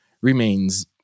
remains